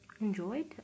enjoyed